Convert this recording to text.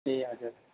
ए हजुर